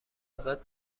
ازت